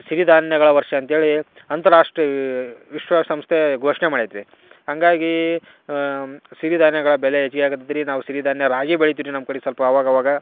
ಸಿರಿಧಾನ್ಯಗಳ ವರ್ಷ ಅಂಥೇಳಿ ಅಂತರಾಷ್ಟ್ರೀಯ ವಿಶ್ವಸಂಸ್ಥೆ ಘೊಷಣೆ ಮಾಡೈತಿ ರೀ ಹಾಗಾಗಿ ಸಿರಿಧಾನ್ಯಗಳ ಬೆಲೆ ಹೆಚ್ಗೆ ಆಗತ್ತೆ ರೀ ನಾವು ಸಿರಿಧಾನ್ಯ ರಾಗಿ ಬೆಳಿತೀವಿ ರೀ ನಮ್ಮ ಕಡೆ ಸ್ವಲ್ಪ ಆವಾಗವಾಗ